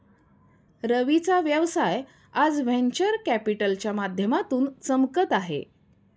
रवीचा व्यवसाय आज व्हेंचर कॅपिटलच्या माध्यमातून चमकत आहे